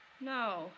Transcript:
No